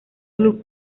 club